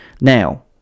Now